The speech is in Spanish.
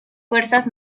fuerzas